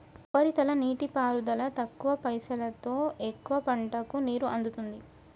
ఉపరితల నీటిపారుదల తక్కువ పైసలోతో ఎక్కువ పంటలకు నీరు అందుతుంది